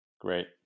Great